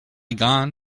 gan